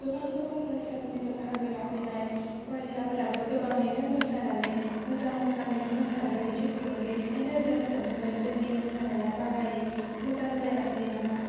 गोबां गोबां फरायसाफोरनिफ्राय बाहागो लाफैनाय फरायसाफोराबो गोबाङैनो मोसानानै मोजां मोजाङैनो मोसानानै दिन्थिफुंदोंमोन बेनिखायनो जों सानदोंमोन जोंनि मोसानाया बारायै मोजां जायासै नामा